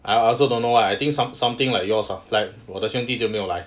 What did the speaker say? I also don't know why I think some something like yours lah like 我的兄弟就没有来